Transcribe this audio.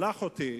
הוא שלח אותי,